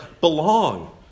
belong